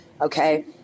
Okay